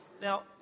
Now